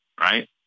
right